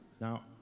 Now